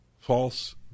false